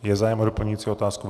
Je zájem o doplňující otázku?